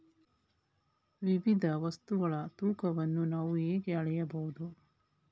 ವಿವಿಧ ವಸ್ತುಗಳ ತೂಕವನ್ನು ನಾವು ಹೇಗೆ ಅಳೆಯಬಹುದು?